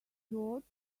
thought